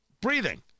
breathing